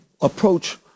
approach